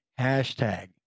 hashtag